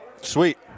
Sweet